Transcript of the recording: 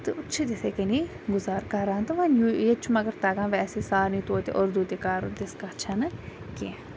تہٕ چھِ تِتھے کنی گُزار کران تہٕ وۄنۍ ییٚتہِ چھُ مَگر تَگان ویسے سارنٕے توتہِ اردو تہِ کَرُن تِژھ کَتھ چھَ نہٕ کینٛہہ